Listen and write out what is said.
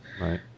Right